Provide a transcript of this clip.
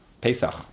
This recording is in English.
Pesach